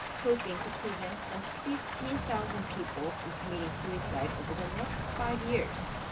hoping to prevent some fifteen thousand people from committing suicide over the next five years.